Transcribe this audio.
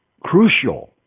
crucial